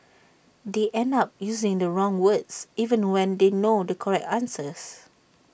they end up using the wrong words even when they know the correct answer